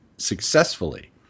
successfully